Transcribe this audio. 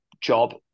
job